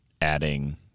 adding